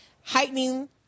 heightening